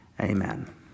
Amen